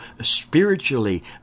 spiritually